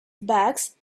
bags